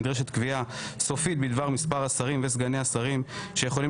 נדרשת קביעה סופית בדבר מספר השרים וסגני השרים שיכולים